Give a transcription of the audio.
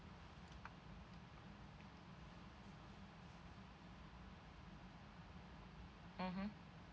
mmhmm